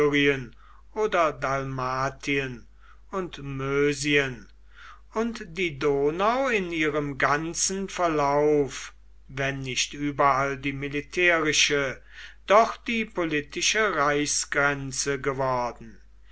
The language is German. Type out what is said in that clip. oder dalmatien und mösien und die donau in ihrem ganzen lauf wenn nicht überall die militärische doch die politische reichsgrenze geworden